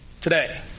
today